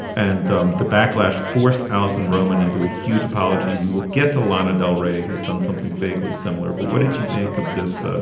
and um the backlash forced allison roman into a huge apology. we will get to lana del rey, who's done something vaguely similar. but what did you make of this?